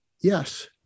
yes